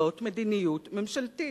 גם זאת מדיניות ממשלתית.